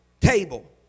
table